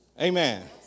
Amen